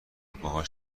باهاش